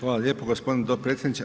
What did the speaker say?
Hvala lijepo g. potpredsjedniče.